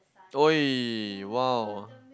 !oi! !wow!